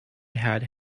had